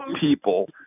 people –